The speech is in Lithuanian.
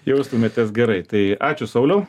jaustumėtės gerai tai ačiū sauliau